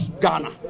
Ghana